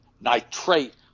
nitrate